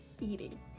eating